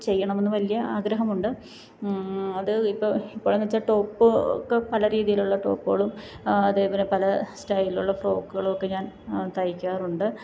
ചെയ്യണമെന്ന് വലിയ ആഗ്രഹമുണ്ട് അത് ഇപ്പോൾ ഇപ്പോഴെന്ന് വെച്ചാൽ ടോപ്പ് ഒക്കെ പല രീതിയിലുള്ള ടോപ്പുകൾ അതേപോലെ പല സ്റ്റൈലിലുള്ള ഫ്രോക്കുകളൊക്കെ ഞാൻ തെയ്ക്കാറുണ്ട്